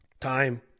Time